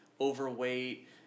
overweight